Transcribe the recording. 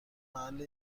محل